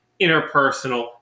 interpersonal